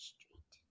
Street